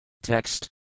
Text